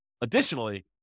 additionally